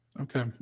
Okay